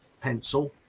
pencil